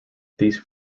these